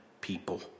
people